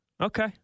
Okay